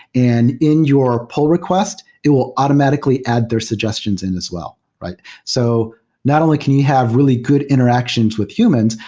and in your pull request, it will automatically add their suggestions in as well. so not only can he have really good interactions with humans,